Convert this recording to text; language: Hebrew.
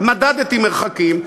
מדדתי מרחקים,